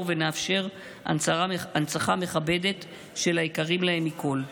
ונאפשר הנצחה מכבדת של היקרים להם מכול.